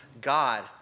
God